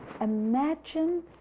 Imagine